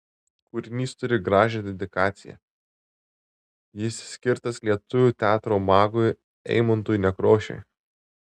kūrinys turi gražią dedikaciją jis skirtas lietuvių teatro magui eimuntui nekrošiui